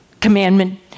commandment